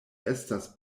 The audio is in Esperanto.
estas